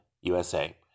USA